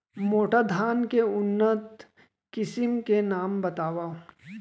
मोटा धान के उन्नत किसिम के नाम बतावव?